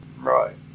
right